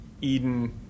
Eden